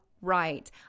right